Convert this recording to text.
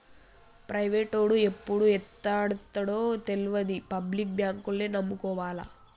ప్రైవేటోడు ఎప్పుడు ఎత్తేత్తడో తెల్వది, పబ్లిక్ బాంకుల్నే నమ్ముకోవాల